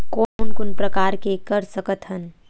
कोन कोन प्रकार के कर सकथ हन?